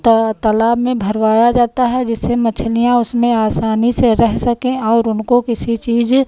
तालाब में भरवाया जाता है जिससे मछलियाँ उसमें आसानी से रह सकें और उनको किसी चीज